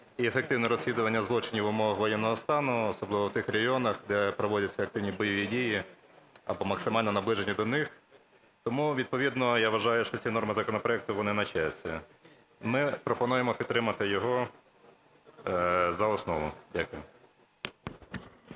і ефективне розслідування злочинів в умовах воєнного стану, особливо в тих регіонах, де проводяться активні бойові дії або максимально наближені до них. Тому відповідно я вважаю, що ці норми законопроекту вони на часі. Ми пропонуємо підтримати його за основу. Дякую.